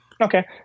Okay